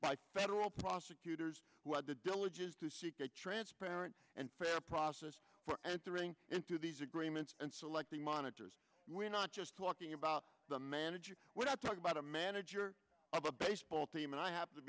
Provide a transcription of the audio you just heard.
by federal prosecutors who had the diligence to seek a transparent and fair process for entering into these agreements and selecting monitors we're not just talking about the manager we're not talking about a manager of a baseball team and i have to